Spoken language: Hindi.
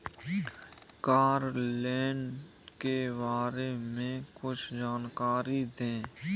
कार लोन के बारे में कुछ जानकारी दें?